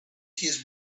his